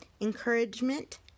encouragement